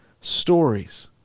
stories